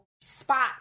spot